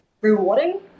rewarding